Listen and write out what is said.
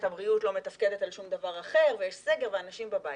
הבריאות לא מתפקדת על שום דבר אחר ויש סגר ואנשים בבית.